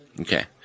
okay